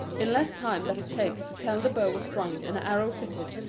in less time than it takes to tell the bow was strung and an arrow fitted,